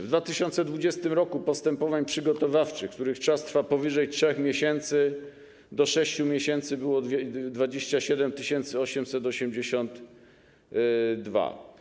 W 2020 r. postępowań przygotowawczych, których czas trwa powyżej 3 miesięcy do 6 miesięcy, było 27 882.